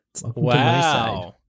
Wow